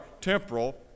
temporal